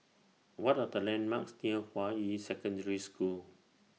What Are The landmarks near Hua Yi Secondary School